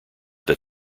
that